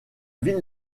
ville